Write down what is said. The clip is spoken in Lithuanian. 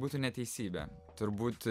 būtų neteisybė turbūt